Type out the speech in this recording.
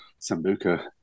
Sambuca